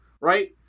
right